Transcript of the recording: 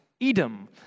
Edom